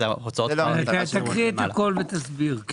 תקריא את הכול ותסביר.